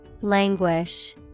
Languish